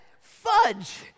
fudge